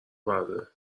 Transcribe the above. برداره